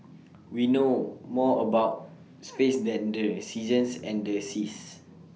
we know more about space than the seasons and the seas